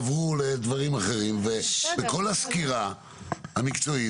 את זה עד סוף השבוע ונוכל להעביר את זה בקריאה שניה ושלישית.